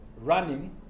running